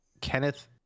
Kenneth